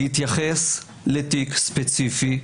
להתייחס לתיק ספציפי,